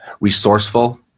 Resourceful